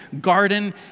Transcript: garden